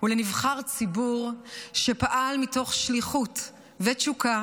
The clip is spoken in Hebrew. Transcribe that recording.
ולנבחר ציבור שפעל מתוך שליחות ותשוקה